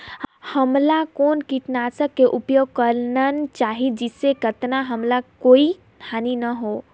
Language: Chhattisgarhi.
हमला कौन किटनाशक के उपयोग करन चाही जिसे कतना हमला कोई हानि न हो?